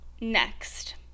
Next